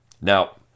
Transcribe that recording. Now